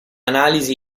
analisi